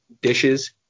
dishes